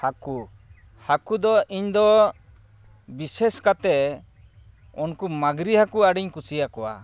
ᱦᱟᱹᱠᱩ ᱦᱟᱹᱠᱩ ᱫᱚ ᱤᱧᱫᱚ ᱵᱤᱥᱮᱥ ᱠᱟᱛᱮᱫ ᱩᱱᱠᱩ ᱢᱟᱺᱜᱽᱨᱤ ᱦᱟᱹᱠᱩ ᱟᱹᱰᱤᱧ ᱠᱩᱥᱤ ᱟᱠᱚᱣᱟ